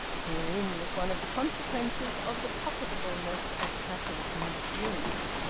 herein was one of the consequences of the pocketableness of cassell's new series.